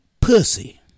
pussy